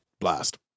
Blast